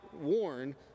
warn